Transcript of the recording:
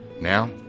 Now